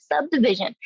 subdivision